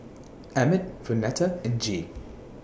Emett Vonetta and Gee